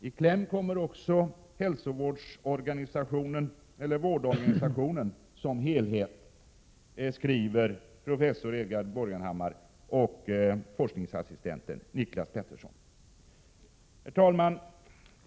I kläm kommer också vårdorganisationen som helhet, skriver professor Edgar Borgenhammar och forskningsassistent Niclas Petersson”. Herr talman!